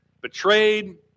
betrayed